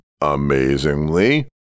amazingly